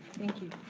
thank you.